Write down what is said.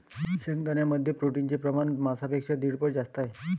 शेंगदाण्यांमध्ये प्रोटीनचे प्रमाण मांसापेक्षा दीड पट जास्त आहे